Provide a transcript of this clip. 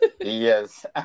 yes